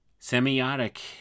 semiotic